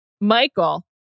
Michael